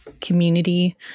community